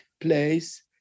place